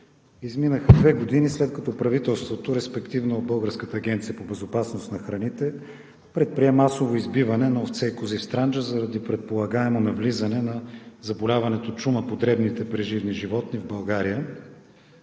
изминаха две години, след като правителството, респективно Българската агенция по безопасност на храните предприе масово избиване на овце и кози в Странджа заради предполагаемо навлизане на заболяването чума по дребните преживни животни в България.